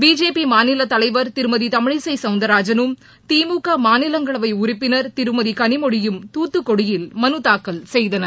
BJP மாநிலத் தலைவர் திருமதி தமிழிசை சௌந்திரராஜனும் திமுக மாநிலங்களவை உறுப்பினர் திருமதி கனிமொழியும் தூத்துக்குடியில் மனுத் தாக்கல் செய்தனர்